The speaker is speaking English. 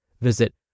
Visit